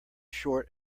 short